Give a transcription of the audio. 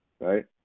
right